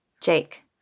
Jake